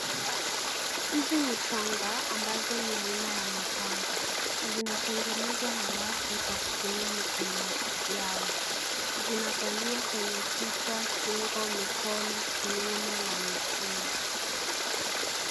Izi ni shanga ambazo ni aina ya mapambo, zinatengenezwa na watu kwa kutumia mikono yao, zinavaliwa kwenye kichwa, shingo, mikono, kiuno na miguu.